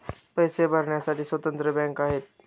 पैसे भरण्यासाठी स्वतंत्र बँका आहेत